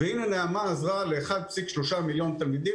אז הנה נעמה עזרה ל-1.3 מיליון תלמידים,